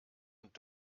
und